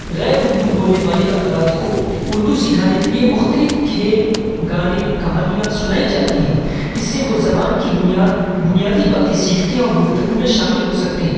غیر اردو بولنے والے افراد کو اردو سکھانے کے لیے مختلف کھیل گانے کہانیاں سنائی جاتی ہیں اس سے وہ زبان کی بنیاد بنیادی باتیں سیکھتے اور گفتگو میں شامل ہو سکتے ہیں